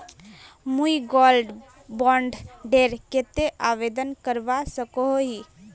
मुई gold bond डेर केते आवेदन करवा सकोहो ही?